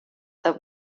that